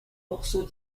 morceaux